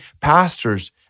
pastors